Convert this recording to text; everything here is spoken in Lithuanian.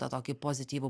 tą tokį pozityvų